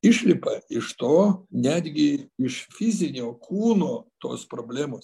išlipa iš to netgi iš fizinio kūno tos problemos